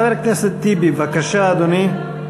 חבר הכנסת טיבי, בבקשה, אדוני,